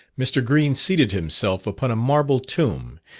mr. green seated himself upon a marble tomb,